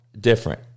different